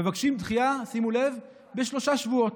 מבקשים דחייה, שימו לב, בשלושה שבועות.